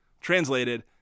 Translated